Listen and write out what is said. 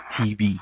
TV